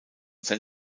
san